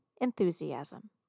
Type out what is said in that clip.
enthusiasm